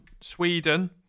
Sweden